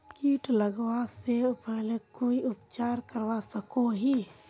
किट लगवा से पहले कोई उपचार करवा सकोहो ही?